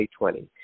2020